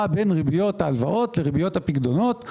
בין ריביות ההלוואות וריביות הפיקדונות.